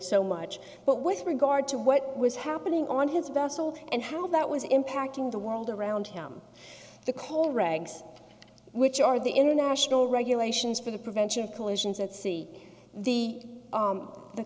so much but with regard to what was happening on his vessel and how that was impacting the world around him the coal regs which are the international regulations for the prevention of collisions at sea the